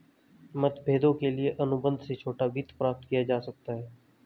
मतभेदों के लिए अनुबंध से छोटा वित्त प्राप्त किया जा सकता है